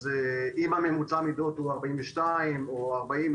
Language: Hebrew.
אז אם ממוצע המידות הוא 42 או 40,